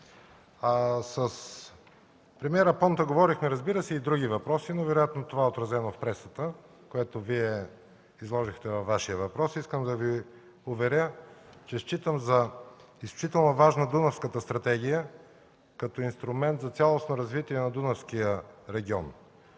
с премиера Понта говорихме и по други въпроси, разбира се, но вероятно това е отразено в пресата, което Вие изложихте във Вашия въпрос. Искам да Ви уверя, че считам за действително важна Дунавската стратегия, като инструмент за цялостно развитие на Дунавския регион.